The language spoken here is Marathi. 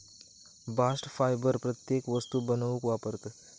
बास्ट फायबर कित्येक वस्तू बनवूक वापरतत